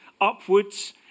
upwards